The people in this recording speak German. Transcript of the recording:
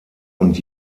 und